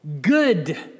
good